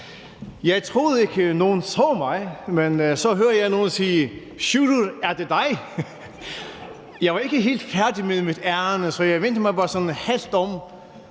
Jeg troede ikke, at nogen så mig, men så hører jeg nogen spørge: Sjúrður, er det dig? Jeg var ikke helt færdig med mit ærinde, så jeg vendte mig bare sådan halvt om